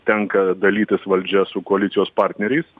tenka dalytis valdžia su koalicijos partneriais